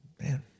Man